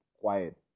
quiet